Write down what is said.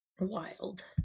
Wild